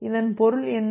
இதன் பொருள் என்ன